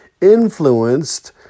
influenced